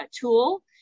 tool